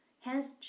hence